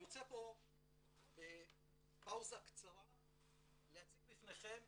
אני רוצה פה בפאוזה קצרה להציג בפניכם.